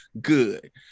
good